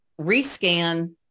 rescan